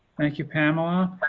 thank you. pamela